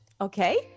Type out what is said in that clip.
Okay